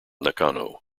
nakano